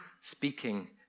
speaking